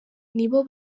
nibo